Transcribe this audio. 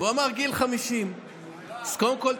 והוא ציין את גיל 50. אז קודם כול,